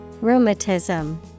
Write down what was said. Rheumatism